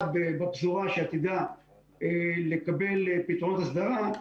בפזורה שעתידה לקבל פתרונות הסדרה,